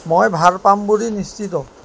মই ভাল পাম বুলি নিশ্চিত